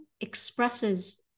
expresses